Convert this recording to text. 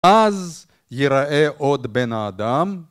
‫אז ייראה עוד בן האדם.